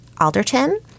Alderton